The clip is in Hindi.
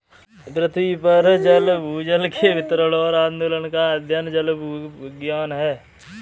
पृथ्वी पर जल भूजल के वितरण और आंदोलन का अध्ययन जलभूविज्ञान है